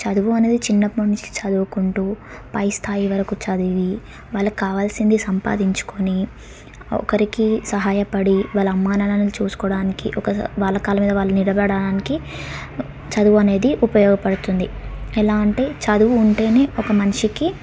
చదువు అనేది చిన్నప్పటి నుంచి చదువుకుంటూ పై స్థాయి వరకు చదివి వాళ్ళకి కావాల్సింది సంపాదించుకొని ఒకరికి సహాయపడి వాళ్ళ అమ్మా నాన్నలను చూసుకోవడానికి ఒక వాళ్ళ కాళ్ళ మీద వాళ్ళు నిలబడడానికి చదువు అనేది ఉపయోగపడుతుంది ఎలా అంటే చదువు ఉంటేనే ఒక మనిషికి